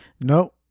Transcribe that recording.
No